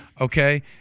Okay